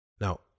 Now